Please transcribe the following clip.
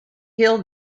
hill